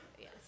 Yes